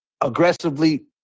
aggressively